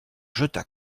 jeta